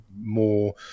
more